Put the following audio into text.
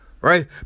right